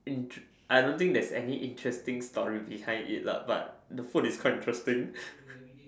interest I don't think there's any interesting story behind it lah but the food is quite interesting